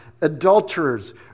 adulterers